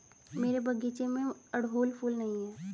मेरे बगीचे में अब अड़हुल फूल नहीं हैं